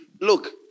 look